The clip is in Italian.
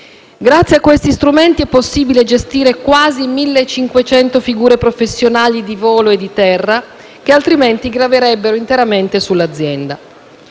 Grazie a questi strumenti è possibile gestire quasi 1.500 figure professionali, di volo e di terra, che altrimenti graverebbero interamente sull'azienda.